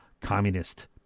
communist